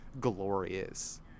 glorious